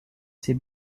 ses